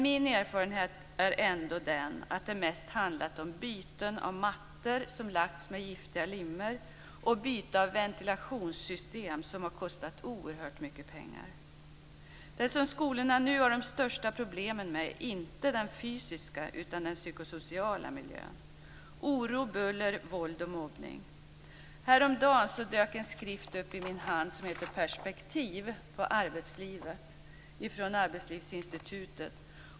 Min erfarenhet är ändå att det mest handlat om byten av mattor som har lagts med giftiga lim och om byten av ventilationssystem som har kostat oerhört mycket pengar. Vad skolorna nu har de största problemen med är dock inte den fysiska miljön, utan den psykosociala miljön: oro, buller, våld och mobbning. Häromdagen fick jag en skrift från Arbetslivsinstitutet i min hand, Perspektiv på arbetslivet.